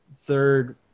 third